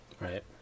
Right